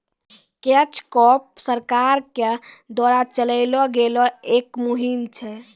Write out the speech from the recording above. catch crop सरकार के द्वारा चलैलो गेलो एक मुहिम छै